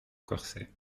corset